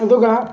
ꯑꯗꯨꯒ